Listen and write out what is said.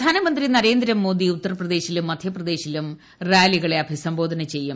പ്രധാനമന്ത്രി നരേന്ദ്രമോദി ഉത്തർപ്രദേശിലും മധ്യപ്രദേശിലും റാലിളെ അഭിസംബോധന ചെയ്യും